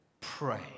pray